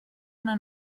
una